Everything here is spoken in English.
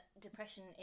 depression